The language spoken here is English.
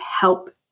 help